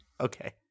Okay